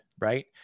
right